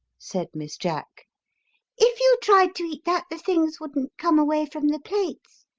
said miss jack if you tried to eat that, the things wouldn't come away from the plates.